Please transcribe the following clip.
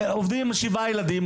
עובדים עם שבעה ילדים,